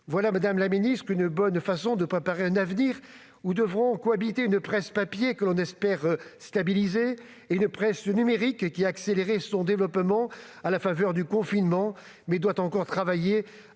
Voilà, madame la ministre, une bonne façon de préparer un avenir où devront cohabiter une presse papier, que l'on espère stabilisée, et une presse numérique, qui a accéléré son développement à la faveur du confinement, mais qui doit encore travailler à son